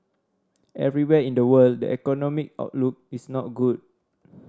everywhere in the world the economic outlook is not good